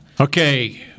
Okay